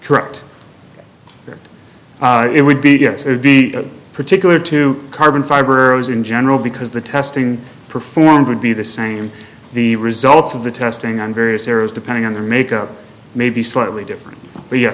correct it would be yes it would be a particular to carbon fiber as in general because the testing performed would be the same the results of the testing and various errors depending on their make up maybe slightly different but ye